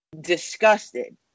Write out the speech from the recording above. disgusted